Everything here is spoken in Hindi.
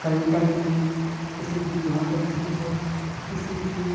कई तरह के किसी की चोंच अच्छी है किसी की